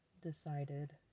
decided